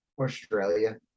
Australia